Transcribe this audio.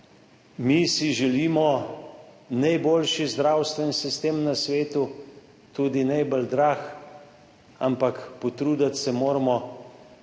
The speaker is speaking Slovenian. mi želimo najboljši zdravstveni sistem na svetu, tudi najbolj drag, ampak potruditi se moramo,